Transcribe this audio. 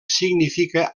significa